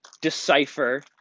decipher